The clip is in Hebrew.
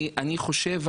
אני חושב,